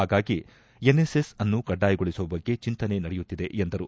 ಆಗಾಗಿ NSS ಅನ್ನು ಕಡ್ಡಾಯಗೊಳಿಸುವ ಬಗ್ಗೆ ಚಿಂತನೆ ನಡೆಯುತ್ತಿದೆ ಎಂದರು